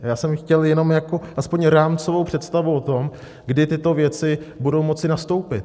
Já jsem chtěl jenom jako aspoň rámcovou představu o tom, kdy tyto věci budou moci nastoupit.